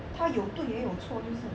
它有对也有错就是